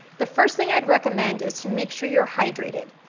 the first thing i'd recommend is to make sure you're hydrated.